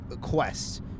quest